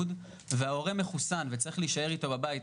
אני צריך לעזוב אחר כך.